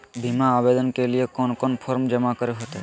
बीमा आवेदन के लिए कोन कोन फॉर्म जमा करें होते